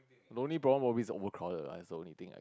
no need problem always overcrowded lah is only thing I